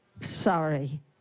Sorry